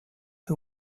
who